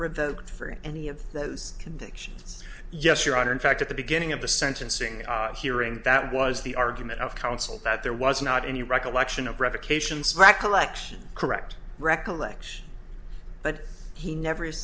revoked for any of those convictions yes your honor in fact at the beginning of the sentencing hearing that was the argument of counsel that there was not any recollection of revocations recollection correct recollection but he never